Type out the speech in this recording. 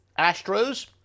astros